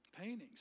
paintings